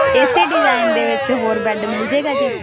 ਇਸ ਡਿਜ਼ਾਈਨ ਦੇ ਵਿੱਚ ਹੋਰ ਬੈੱਡ ਮਿਲ ਜਾਵੇਗਾ ਜੀ